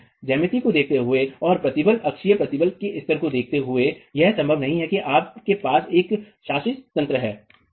ज्यामिति को देखते हुए और प्रतिबल अक्षीय प्रतिबल के स्तर को देखते हुए यह संभावना नहीं है कि आपके पास एक शासी तंत्र है